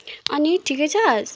अनि ठिकै छस्